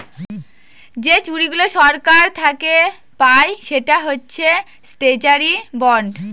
যে চুক্তিগুলা সরকার থাকে পায় সেটা হচ্ছে ট্রেজারি বন্ড